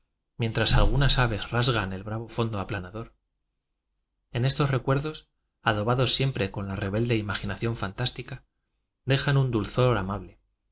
mientras unas aves rasgan el bravo fondo aplanador en estos re cuerdos adobados siempre con la rebelde imaginación fantástica dejan un dulzor amable